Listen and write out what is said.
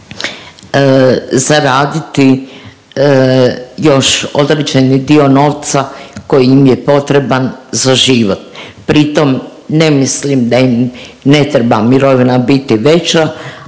zaraditi još određeni dio novca koji im je potreban za život. Pritom ne mislim da im ne treba mirovina biti veća,